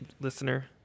listener